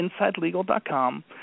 insidelegal.com